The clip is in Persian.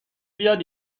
بیاد